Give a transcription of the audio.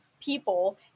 people